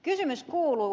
kysymys kuuluu